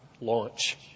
launch